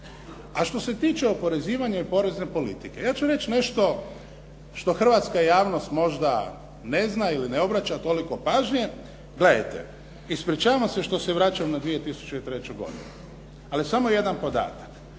A što se tiče oporezivanja i porezne politike ja ću reći nešto što hrvatska javnost možda ne zna ili ne obraća toliko pažnje. Gledajte, ispričavam se što se vraćam na 2003. godinu, ali samo jedan podatak.